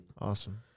Awesome